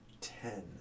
ten